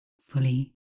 fully